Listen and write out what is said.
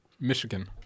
Michigan